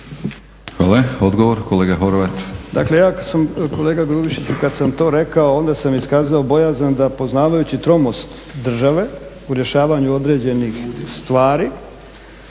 Hvala. Odgovor, kolega Horvat.